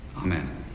Amen